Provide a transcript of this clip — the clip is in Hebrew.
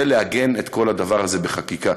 ולעגן את כל הדבר הזה בחקיקה.